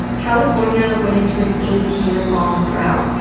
california went into an eight-year-long drought.